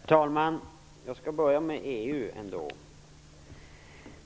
Herr talman! Jag skall börja med EU.